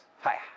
Hi